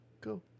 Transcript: go